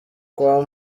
kwa